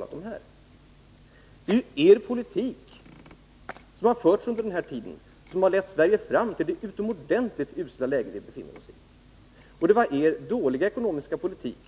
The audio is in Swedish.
Det är ju er politik som har förts under den här tiden och som har lett Sverige fram till det utomordentligt usla läge vi befinner oss i. Och det var er dåliga ekonomiska politik